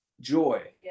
Joy